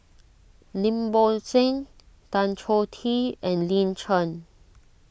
Lim Bo Seng Tan Choh Tee and Lin Chen